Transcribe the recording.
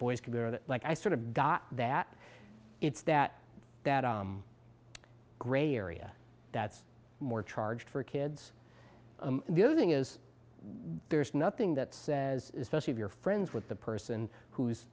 that like i sort of got that it's that that grey area that's more charged for kids the other thing is there's nothing that says especially if you're friends with the person who's